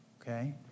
Okay